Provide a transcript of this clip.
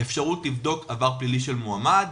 לבדוק עבר פלילי של מועמד,